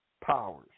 powers